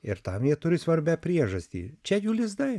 ir tam jie turi svarbią priežastį čia jų lizdai